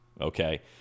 Okay